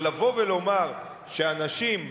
אבל לבוא ולומר שאנשים,